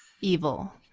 evil